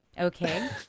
Okay